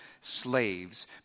slaves